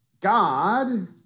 God